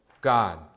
God